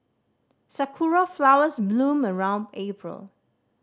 sakura flowers bloom around April